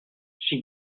she